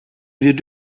wir